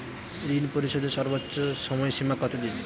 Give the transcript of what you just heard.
ঋণ পরিশোধের সর্বোচ্চ সময় সীমা কত দিন?